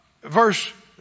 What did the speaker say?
verse